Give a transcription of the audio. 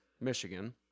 Michigan